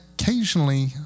occasionally